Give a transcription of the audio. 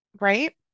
right